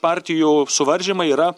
partijų suvaržymai yra